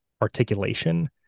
articulation